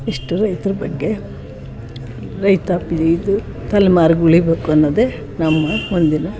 ಇಷ್ಟು ರೈತ್ರ ಬಗ್ಗೆ ರೈತಾಪಿ ಇದು ತಲೆಮಾರಿಗ್ ಉಳೀಬೇಕು ಅನ್ನೋದೇ ನಮ್ಮ ಮುಂದಿನ